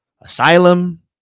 asylum